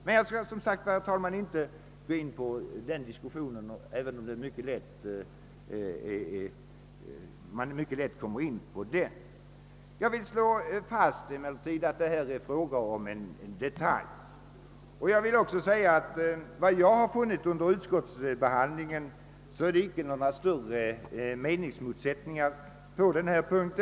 Men jag skall, som sagt, inte gå in på den saken. Jag vill slå fast att det vi nu diskuterar är en detalj. Under utskottsbehandlingen har jag också funnit att det inte föreligger några större meningsmotsättningar på denna punkt.